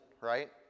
right